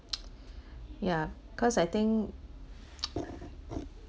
ya cause I think